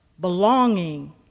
belonging